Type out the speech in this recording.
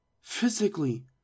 physically